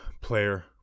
player